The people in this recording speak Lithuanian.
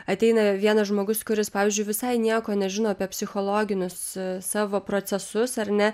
ateina vienas žmogus kuris pavyzdžiui visai nieko nežino apie psichologinius savo procesus ar ne